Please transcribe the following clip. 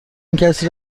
کسی